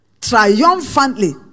triumphantly